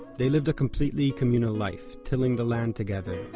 they lived a completely communal life tilling the land together,